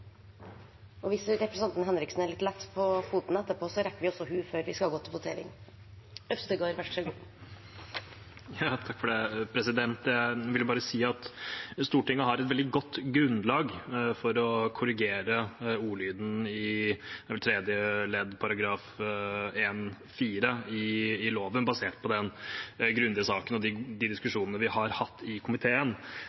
minutt. Hvis representanten Kari Henriksen er litt lett på foten, rekker vi også henne før vi skal gå til votering. Jeg ville bare si at Stortinget har et veldig godt grunnlag for å korrigere ordlyden i § 1-4 tredje ledd i loven, basert på den grundige saken og de